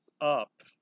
up